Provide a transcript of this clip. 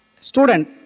student